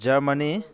Germany